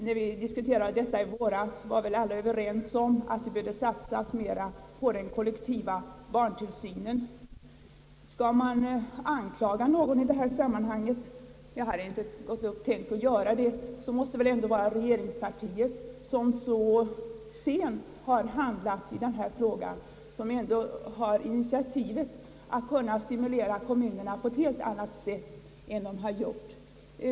När vi diskuterade detta i våras var väl alla överens om att det behövde satsas mera på den kollektiva barntillsynen, Skall man anklaga någon i detta sammanhang, så måste det vara regeringspartiet som har handlat så sent i den här frågan och som har haft möjlighet att stimulera kommunerna på ett helt annat sätt än man har gjort.